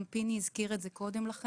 גם פיני הזכיר את זה קודם לכן.